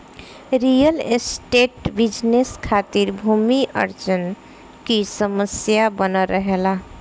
real estate business खातिर भूमि अर्जन की समस्या बनल रहेला